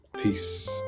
peace